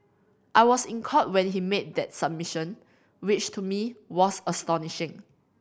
I was in Court when he made that submission which to me was astonishing